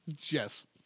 Yes